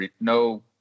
no